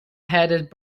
headed